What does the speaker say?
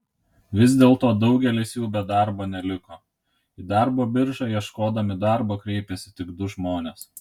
vis dėlto daugelis jų be darbo neliko į darbo biržą ieškodami darbo kreipėsi tik du žmonės